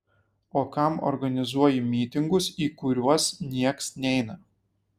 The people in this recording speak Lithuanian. o kam organizuoji mytingus į kuriuos nieks neina